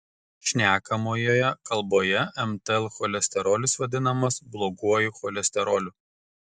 šnekamojoje kalboje mtl cholesterolis vadinamas bloguoju cholesteroliu